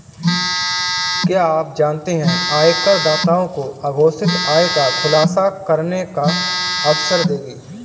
क्या आप जानते है आयकरदाताओं को अघोषित आय का खुलासा करने का अवसर देगी?